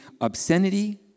obscenity